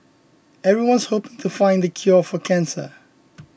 everyone's hope to find the cure for cancer